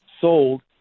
sold